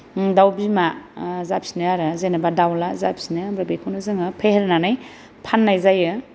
दाउ बिमा जाफिनो आरो जेनेबा दाउज्ला जाफिनो ओमफ्राय बेखौनो जोङो फेहेरनानै फाननाय जायो